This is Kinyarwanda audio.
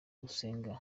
gusenga